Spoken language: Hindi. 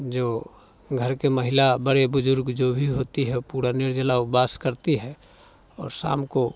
जो घर के महिला बड़े बुजुर्ग जो भी होती है वो पूरा निर्जला उपवास रखती है और शाम को